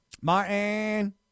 Martin